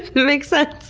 makes sense.